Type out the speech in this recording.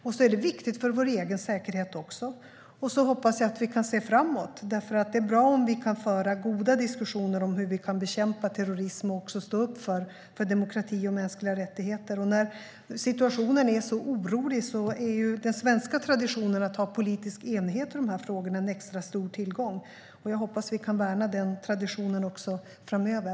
Det är också viktigt för vår egen säkerhet. Jag hoppas också att vi kan se framåt. Det är bra om vi kan föra goda diskussioner om hur vi kan bekämpa terrorism och också stå upp för demokrati och mänskliga rättigheter. När situationen är så orolig är den svenska traditionen att ha politisk enighet i dessa frågor en extra stor tillgång. Jag hoppas att vi kan värna denna tradition också framöver.